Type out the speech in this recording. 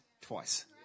twice